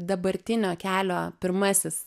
dabartinio kelio pirmasis